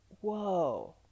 whoa